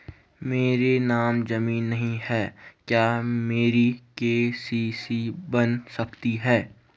मेरे नाम ज़मीन नहीं है क्या मेरी के.सी.सी बन सकती है?